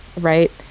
right